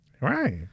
Right